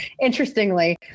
interestingly